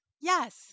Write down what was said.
Yes